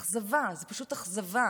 אכזבה, זה פשוט אכזבה